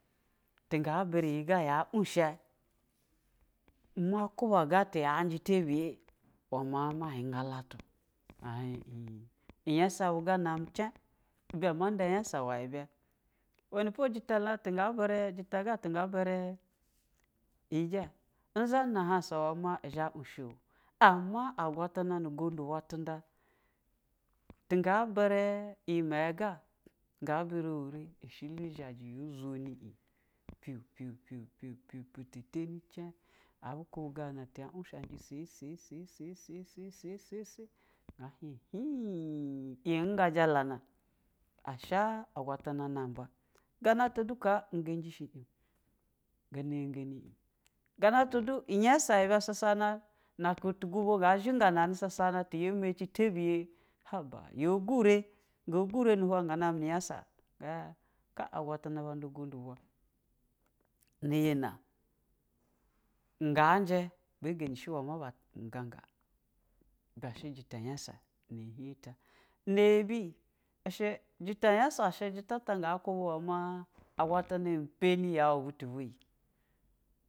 Tu nga birɛ iyi sa na unsha ḿa kuba ga ta ya njɛ tabiyɛ i wɛ ma ma hiusa letu um nyasa bu ga nami chan, i bɛ ḿa nda nyasa i wɛ ibɛ. iwɛ po, jɛta g`a tɛ nga birɛ, jɛta la tunga birɛ ɛnja, hn zha na hasa-o, i wɛ ma izha unshɛ-o. A ma agwatana nu gondu bwɛ tunda tunga birɛ iwɛrɛ, ɛshilo zhejɛ ha zoni ya ya yɛ gatɛ tɛni chagh akubɛ gana tu ya unshajɛ y-ɛ-y-ɛ nga hɛin hun- iyi amsa jalana esha agwatana namba ganata du ka ngadu ka thg chsi sa chiseɛji gana du, nyasa bɛ sasa na ng ka tu gubo, nga shinda nɛ sasana tɛ yɛmɛcitabiyɛ haba na sura, nga knura nuhwɛ nga nami nu nyasa agwata na ba nda sondu bwa nɛ yiná nga njɛ bɛ nga shi i wɛ ḿa ḿa halakaka, ibɛ shɛ jɛta nyasa, nɛ hiing ta ɛmɛ yɛbi shɛ jɛta nyasa jɛta nyasa, na shi i wɛ ḿa ḿa halakaka ibɛ shɛ jɛta nyasa nɛ hiing ta ɛnɛ jɛta nyasa yebi shɛ jɛte nyasa jɛta hga kubɛi wɛḿa agwatana pani yen butunyin.